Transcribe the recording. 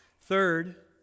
Third